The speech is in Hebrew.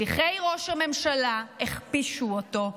שליחי ראש הממשלה הכפישו אותו,